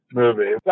movie